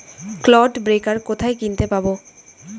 Clod breaker কোথায় কিনতে পাব?